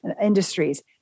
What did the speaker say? industries